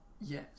Yes